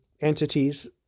entities